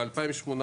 ב-2018,